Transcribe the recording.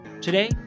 Today